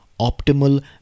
optimal